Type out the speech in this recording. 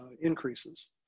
increases